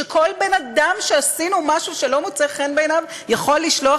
שכל בן-אדם שעשינו משהו שלא מוצא חן בעיניו יכול לשלוח